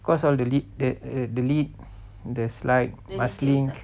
cause all the lead the the lead the slide must link